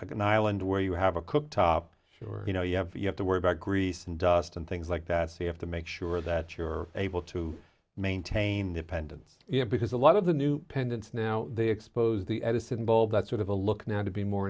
can island where you have a cook top or you know you have you have to worry about grease and dust and things like that see have to make sure that you're able to maintain dependence you know because a lot of the new pendants now they expose the edison bulb that sort of a look now to be more